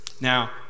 Now